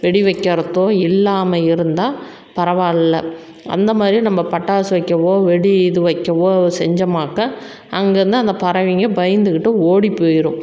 வெடி வெக்கறதோ இல்லாம இருந்தால் பரவாயில்லை அந்த மாதிரி நம்ம பட்டாசு வைக்கவோ வெடி இது வைக்கவோ அது செஞ்சோம்னாக்கா அங்கேருந்து அந்த பறவைங்க பயந்துக்கிட்டு ஓடிப் போயிடும்